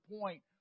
point